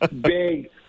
big